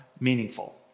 meaningful